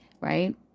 right